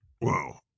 Wow